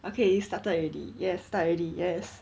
okay started already yes start already yes